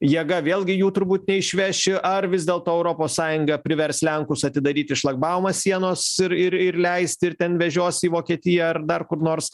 jėga vėlgi jų turbūt neišveši ar vis dėlto europos sąjunga privers lenkus atidaryti šlagbaumą sienos ir ir ir leisti ir ten vežios į vokietiją ar dar kur nors